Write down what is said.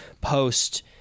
post